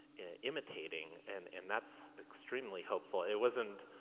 imitating, and, and that's extremely hopeful. it wasn't,